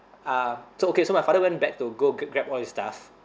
uh so okay so my father went back to go g~ grab all his stuff